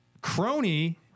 Crony